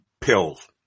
pills